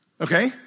okay